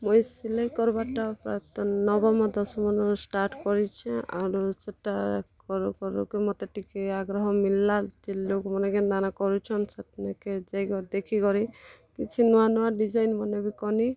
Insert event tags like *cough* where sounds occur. ମୁଇଁ ସିଲେଇ କର୍ବାର୍ ଟା *unintelligible* ନବମ ଦଶମ ନୁ ଷ୍ଟାର୍ଟ୍ କରିଛେଁ ଆରୁ ସେଟା କରୁକରୁ ମତେ ଟିକେ ଆଗ୍ରହ ମିଲ୍ଲା ଯେ ଲୋକ୍ମାନେ କେନ୍ତା କିନା କରୁଛନ୍ ସେନ୍କେ ଯାଇକରି ଦେଖିକରି କିଛି ନୂଆଁ ନୂଆଁ ଡ଼ିଜାଇନ୍ ମାନେ ବି କଲି